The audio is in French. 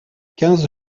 quinze